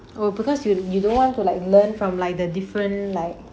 oh because you you don't want to like learn from like the different like